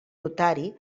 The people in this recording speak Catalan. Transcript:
notari